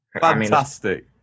Fantastic